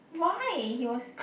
why he was